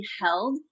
held